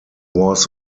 was